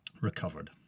recovered